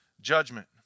judgment